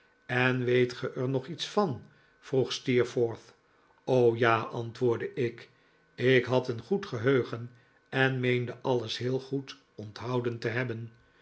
en weet ge er nog iets van vroeg steerforth ja antwoordde ik ik had een goed geheugen en meende alles heel goed onthouden te hebben